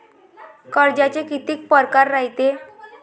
कर्जाचे कितीक परकार रायते?